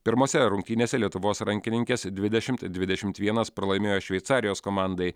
pirmose rungtynėse lietuvos rankininkės dvidešimt dvidešimt vienas pralaimėjo šveicarijos komandai